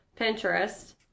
Pinterest